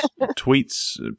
tweets